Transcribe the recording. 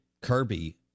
Kirby